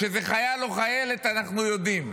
כשזה חייל או חיילת, אנחנו יודעים.